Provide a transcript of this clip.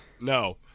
No